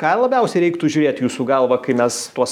ką labiausiai reiktų žiūrėt jūsų galva kai mes tuos